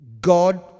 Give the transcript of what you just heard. god